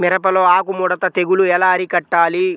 మిరపలో ఆకు ముడత తెగులు ఎలా అరికట్టాలి?